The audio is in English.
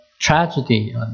tragedy